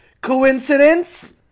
coincidence